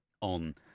on